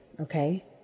okay